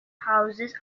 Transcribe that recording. houses